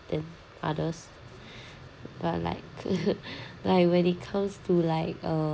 than others but like like when it comes to like uh